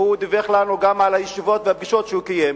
והוא דיווח לנו גם על הישיבות והפגישות שהוא קיים.